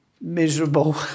miserable